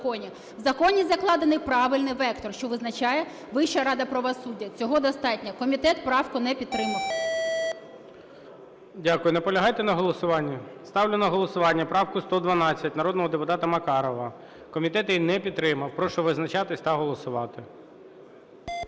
Наполягаєте на голосуванні? Ставлю на голосування правку 158 народного депутата Алєксєєва. Комітет її не підтримав. Прошу визначатись та голосувати.